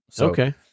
Okay